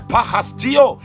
Pahastio